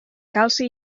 calci